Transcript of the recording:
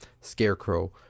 Scarecrow